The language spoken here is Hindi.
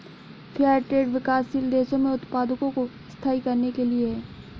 फेयर ट्रेड विकासशील देशों में उत्पादकों को स्थायी करने के लिए है